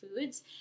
foods